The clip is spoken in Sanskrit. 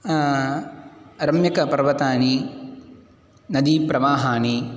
रम्यकपर्वतानि नदीप्रवाहाणि